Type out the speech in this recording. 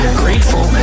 grateful